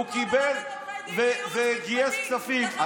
הוא קיבל וגייס כספים.